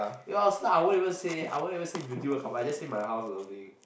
If I was her I won't even say I won't even say Beauty-World carpark I just say my house or something